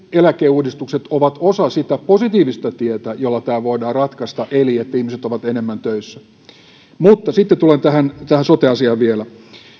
eläkeuudistukset ovat osa sitä positiivista tietä jolla tämä voidaan ratkaista eli ihmiset ovat enemmän töissä mutta sitten tulen tähän tähän sote asiaan vielä